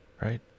right